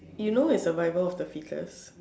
you know it's survival of the fittest